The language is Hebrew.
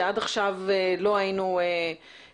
שעד עכשיו לא חווינו,